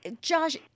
Josh